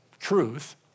Truth